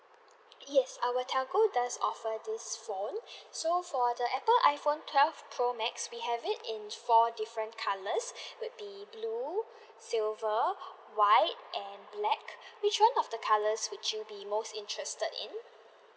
yes our telco does offer this phone so for the apple iphone twelve pro max we have it in four different colours would be blue silver white and black which one of the colours would you be most interested in